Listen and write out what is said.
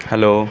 hello